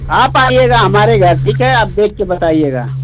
आप आइएगा हमारे घर ठीक है आप देख के बताइएगा